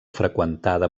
freqüentada